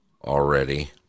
already